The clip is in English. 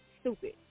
stupid